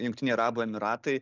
jungtiniai arabų emyratai